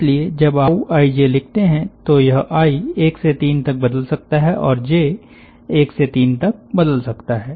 इसलिए जब आपijलिखते हैं तो यह आई १ से ३ तक बदल सकता है और जे १ से ३ तक बदल सकता है